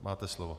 Máte slovo.